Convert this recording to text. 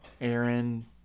aaron